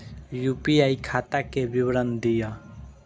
UPI खाता के विवरण दिअ?